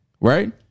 Right